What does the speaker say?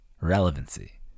relevancy